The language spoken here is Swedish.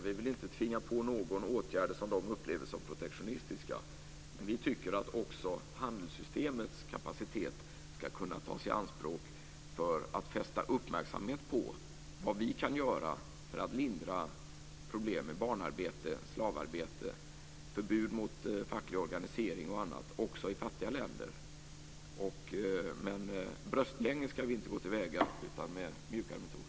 Vi vill inte tvinga på någon åtgärder som kan upplevas som protektionistiska. Vi tycker att också handelssystemets kapacitet ska kunna tas i anspråk för att fästa uppmärksamhet på vad vi kan göra för att lindra problem med barnarbete, slavarbete, förbud mot facklig organisering och annat också i fattiga länder. Men bröstgänges ska vi inte gå till väga, utan med mjukare metoder.